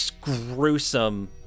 gruesome